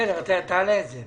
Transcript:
בסדר, תעלה את זה.